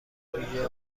ویژه